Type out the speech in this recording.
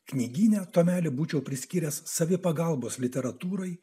knygyne tomelį būčiau priskyręs savipagalbos literatūrai